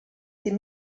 die